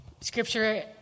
Scripture